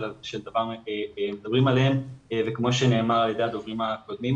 דבר מדברים עליהם וכפי שנאמר על ידי הדוברים הקודמים,